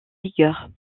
vigueur